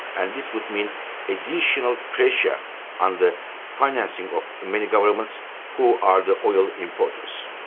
and this would mean additional pressure on the financing of many governments who are the oil importers.